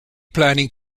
planning